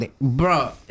bro